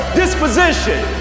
disposition